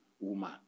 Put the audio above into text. woman